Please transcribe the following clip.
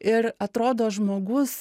ir atrodo žmogus